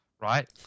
right